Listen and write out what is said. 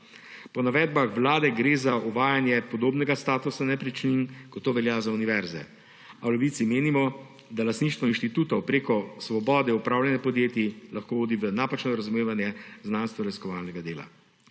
Po navedbah Vlade gre za uvajanje podobnega statusa nepremičnin, kot to velja za univerze. A v Levici menimo, da lastništvo inštitutov preko svobode upravljanja podjetij lahko vodi v napačno razumevanje znanstvenoraziskovalnega dela.